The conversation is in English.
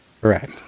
Right